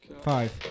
Five